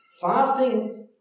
fasting